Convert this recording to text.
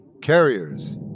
Carriers